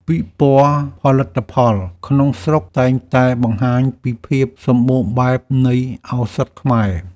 ពិព័រណ៍ផលិតផលក្នុងស្រុកតែងតែបង្ហាញពីភាពសម្បូរបែបនៃឱសថខ្មែរ។